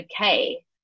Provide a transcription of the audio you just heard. okay